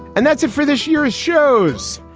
and that's it for this year's shows.